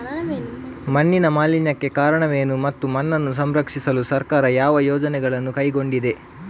ಮಣ್ಣಿನ ಮಾಲಿನ್ಯಕ್ಕೆ ಕಾರಣವೇನು ಮತ್ತು ಮಣ್ಣನ್ನು ಸಂರಕ್ಷಿಸಲು ಸರ್ಕಾರ ಯಾವ ಯೋಜನೆಗಳನ್ನು ಕೈಗೊಂಡಿದೆ?